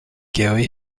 gary